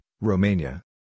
Romania